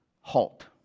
Halt